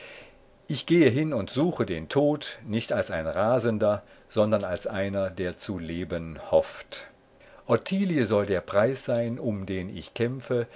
ich gehe hin und suche den tod nicht als ein rasender sondern als einer der zu leben hofft ottilie soll der preis sein um den ich kämpfe